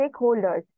stakeholders